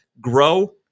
grow